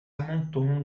amontoam